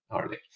early